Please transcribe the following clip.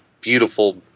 beautiful